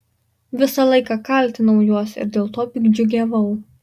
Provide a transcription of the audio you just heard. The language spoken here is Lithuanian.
visą laiką kaltinau juos ir dėl to piktdžiugiavau